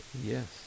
Yes